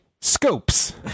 Scopes